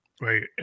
right